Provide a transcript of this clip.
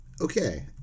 Okay